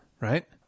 right